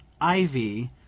ivy